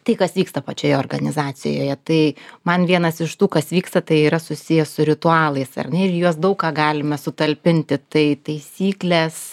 tai kas vyksta pačioje organizacijoje tai man vienas iš tų kas vyksta tai yra susiję su ritualais ar ne ir į juos daug ką galima sutalpinti tai taisyklės